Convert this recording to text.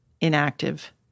inactive